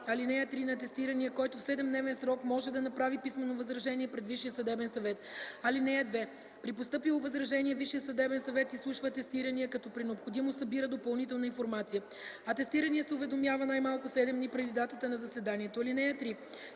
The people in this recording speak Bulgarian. ал. 3 на атестирания, който в 7-дневен срок може да направи писмено възражение пред Висшия съдебен съвет. (2) При постъпило възражение Висшият съдебен съвет изслушва атестирания, като при необходимост събира допълнителна информация. Атестираният се уведомява най-малко 7 дни преди датата на заседанието. (3)